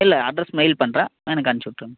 இல்லை address mail பண்ணுறேன் எனக்கு அனுப்ச்சிவிட்ருங்க